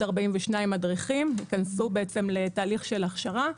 42 מדריכים ויכנסו לתהליך של הכשרה.